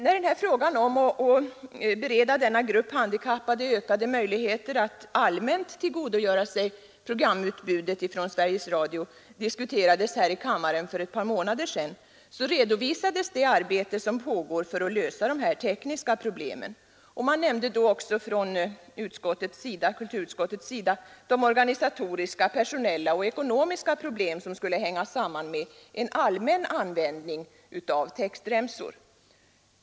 När frågan om att bereda denna grupp handikappade ökade möjligheter att allmänt tillgodogöra sig programutbudet från Sveriges Radio diskuterades här i kammaren för ett par månader sedan redovisades det arbete som pågår för att lösa de tekniska problemen, och kulturutskottet nämnde då de organisatoriska, personella och ekonomiska problem som skulle hänga samman med en allmän användning av textremsor.